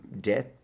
death